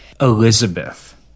Elizabeth